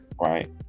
right